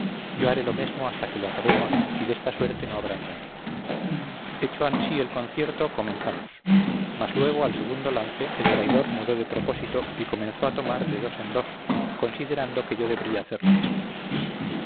yo haré lo mesmo hasta que lo acabemos y desta suerte no habrá engaño hecho ansí el concierto comenzamos mas luego al segundo lance el traidor mudó de propósito y comenzó a tomar de dos en dos considerando que yo debría hacer lo mismo